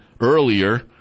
earlier